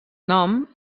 nom